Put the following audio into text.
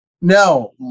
No